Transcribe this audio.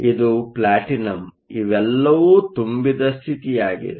ಇದು ಪ್ಲಾಟಿನಂ ಇವೆಲ್ಲವೂ ತುಂಬಿದ ಸ್ಥಿತಿಯಾಗಿವೆ